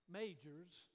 majors